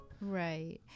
Right